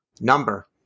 number